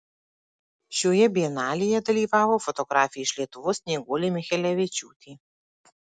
šioje bienalėje dalyvavo fotografė iš lietuvos snieguolė michelevičiūtė